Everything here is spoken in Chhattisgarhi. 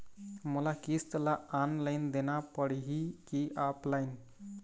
मोला किस्त ला ऑनलाइन देना पड़ही की ऑफलाइन?